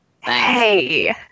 Hey